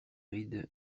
ride